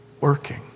working